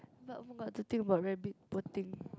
but [oh]-my-god to think about rabbit poor thing